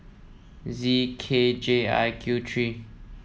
Z K J I Q three